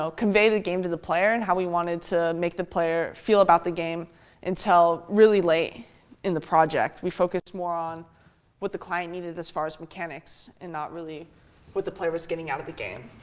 so convey the game to the player and how we wanted to make the player feel about the game until really late in the project. we focused more on what the client needed as far as mechanics and not really what the player was getting out of the game.